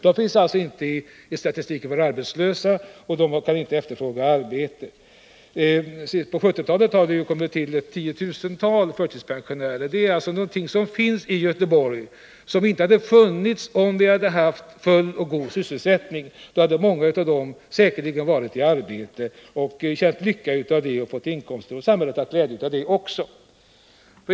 De finns inte med i statistiken över arbetslösa, och de kan inte efterfråga arbete. Under 1970-talet har det kommit till tiotusentals förtidspensionärer. Dessa kategorier människor finns alltså i Göteborg men hade inte funnits om vi hade haft en full och god sysselsättning. Då hade många av dem säkerligen varit i arbete och känt lycka och fått inkomster av det. Och samhället hade haft glädje av det också.